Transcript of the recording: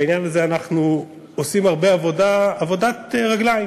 בעניין הזה אנחנו עושים הרבה עבודת רגליים,